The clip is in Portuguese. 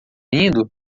lindo